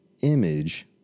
image